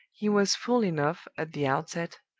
he was fool enough, at the outset,